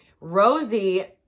Rosie